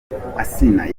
asinah